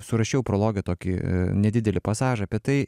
surašiau prologe tokį nedidelį pasažą apie tai